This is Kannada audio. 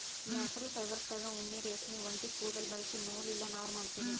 ನ್ಯಾಚ್ಛ್ರಲ್ ಫೈಬರ್ಸ್ದಾಗ್ ಉಣ್ಣಿ ರೇಷ್ಮಿ ಒಂಟಿ ಕುದುಲ್ ಬಳಸಿ ನೂಲ್ ಇಲ್ಲ ನಾರ್ ಮಾಡ್ತೀವಿ